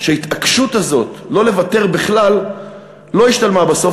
שההתעקשות הזאת לא לוותר בכלל לא השתלמה בסוף,